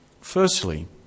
Firstly